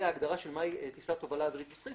ההגדרה של מהי "טיסת תובלה אווירית מסחרית",